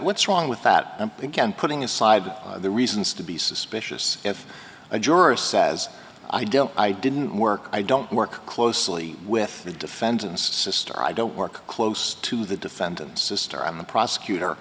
what's wrong with that and again putting aside the reasons to be suspicious if a juror says i don't i didn't work i don't work closely with the defendants psystar i don't work close to the defendant sr i'm the prosecutor